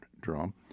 drum